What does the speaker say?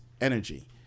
Energy